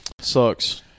sucks